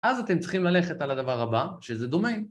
אז אתם צריכים ללכת על הדבר הבא, שזה דומה.